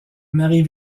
marie